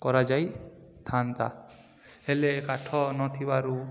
କରାଯାଇଥାନ୍ତା ହେଲେ କାଠ ନଥିବାରୁ